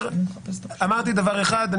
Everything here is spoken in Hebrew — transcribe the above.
אמרתי דבר אחד.